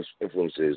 influences